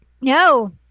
No